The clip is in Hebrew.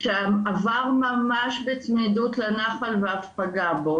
שעבר ממש בצמידות לנחל ואף פגע בו,